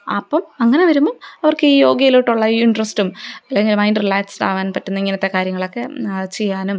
അപ്പോള് അങ്ങനെ വരുമ്പോള് അവർക്കീ യോഗയിലോട്ടുള്ള ഇൻട്രസ്റ്റും അല്ലെങ്കില് മൈൻഡ് റിലാക്സ്ഡാവാൻ പറ്റുന്ന ഇങ്ങനത്തെ കാര്യങ്ങളൊക്കെ ചെയ്യാനും